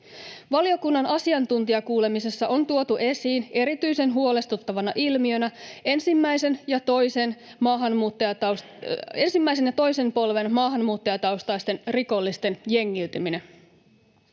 Valiokunnan asiantuntijakuulemisessa on tuotu esiin erityisen huolestuttavana ilmiönä ensimmäisen ja toisen polven maahanmuuttajataustaisten rikollisten jengiytyminen.